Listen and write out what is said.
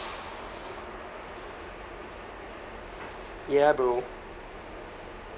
ya bro